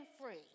free